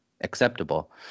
acceptable